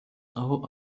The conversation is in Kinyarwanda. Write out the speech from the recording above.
aho